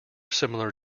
similar